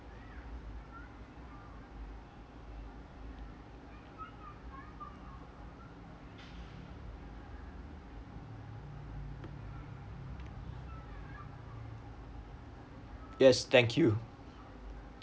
yes thank you